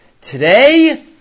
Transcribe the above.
Today